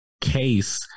case